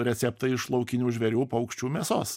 receptai iš laukinių žvėrių paukščių mėsos